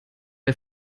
der